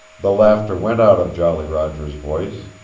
the laughter went out of jolly roger's voice.